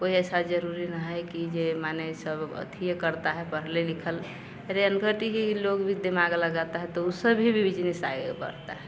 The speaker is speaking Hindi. कोई ऐसा ज़रूरी नहीं है कि जो माने यह सब करता है पढ़े लिखे रेलगाड़ी वाले लोग भी दिमाग लगाते हैं तो उनका भी फिर बिजनिस आगे बढ़ता है